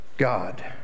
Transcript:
God